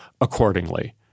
accordingly